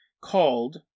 called